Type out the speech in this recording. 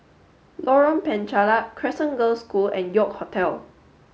Lorong Penchalak Crescent Girls' School and York Hotel